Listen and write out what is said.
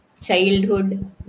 childhood